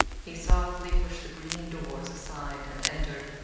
he softly pushed the green doors aside and entered.